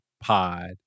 pod